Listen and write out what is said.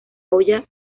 hoya